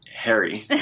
harry